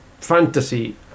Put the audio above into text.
fantasy